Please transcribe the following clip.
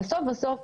הם